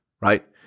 right